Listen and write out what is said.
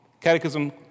Catechism